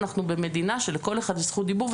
אנחנו במדינה שלכל אחד יש זכות דיבור,